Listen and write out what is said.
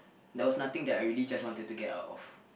there was nothing that I really just wanted to get out of